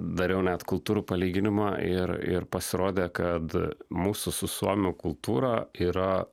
dariau net kultūrų palyginimą ir ir pasirodė kad mūsų su suomių kultūra yra